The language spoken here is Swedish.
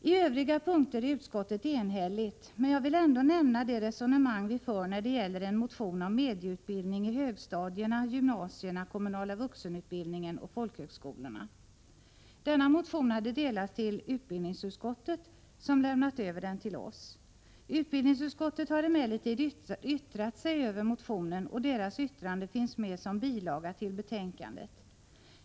I övriga punkter är utskottet enhälligt, men jag vill ändå nämna det resonemang vi för när det gäller en motion om medieutbildning i högstadierna, gymnasierna, den kommunala vuxenutbildningen och folkhögskolorna. Denna motion hade delats ut till utbildningsutskottet, som lämnat över den till oss. Utbildningsutskottet har emellertid yttrat sig över motionen, och yttrandet finns med som bilaga till betänkandet.